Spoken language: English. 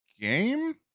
game